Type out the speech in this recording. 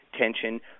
tension